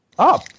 Up